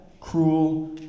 cruel